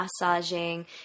massaging